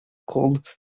called